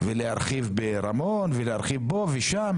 להרחיב ברמון ולהרחיב פה ושם